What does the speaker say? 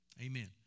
Amen